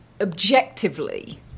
objectively